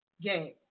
game